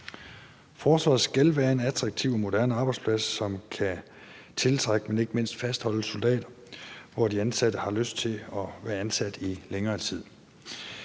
Forsvaret skal være en attraktiv moderne arbejdsplads, som kan tiltrække, men ikke mindst fastholde, soldater, og hvor de ansatte har lyst til at være ansat i længere tid.